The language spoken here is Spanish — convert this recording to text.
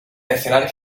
mencionar